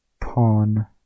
Pawn